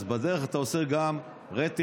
בדרך אתה עושה רה-תכנון.